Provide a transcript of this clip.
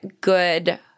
good